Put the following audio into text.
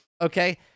Okay